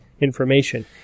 information